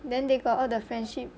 then they got the friendship